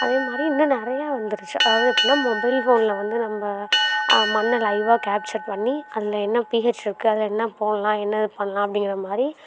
அதே மாதிரி இன்னும் நிறைய வந்துடுச்சு அதாவது எப்படின்னா மொபைல் ஃபோனில் வந்து நம்ம மண்ணை லைவாக கேப்ச்சர் பண்ணி அதில் என்ன பிஹெச் இருக்குது அதில் என்ன போடலாம் என்ன இது பண்ணலாம் அப்படிங்கற மாதிரி